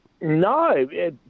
No